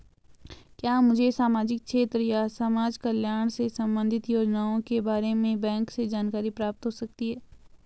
क्या मुझे सामाजिक क्षेत्र या समाजकल्याण से संबंधित योजनाओं के बारे में बैंक से जानकारी प्राप्त हो सकती है?